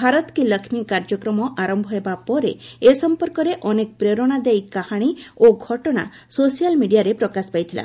ଭାରତ୍ କୀ ଲକ୍ଷ୍କୀ କାର୍ଯ୍ୟକ୍ରମ ଆରମ୍ଭ ହେବା ପରେ ଏ ସମ୍ପର୍କରେ ଅନେକ ପ୍ରେରଣାଦାୟୀ କାହାଣୀ ଓ ଘଟଣା ସୋସିଆଲ୍ ମିଡିଆରେ ପ୍ରକାଶ ପାଇଥିଲା